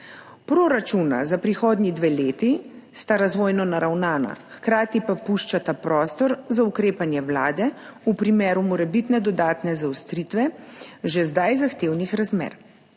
Proračuna za prihodnji dve leti sta razvojno naravnana, hkrati pa puščata prostor za ukrepanje Vlade v primeru morebitne dodatne zaostritve že zdaj zahtevnih razmer.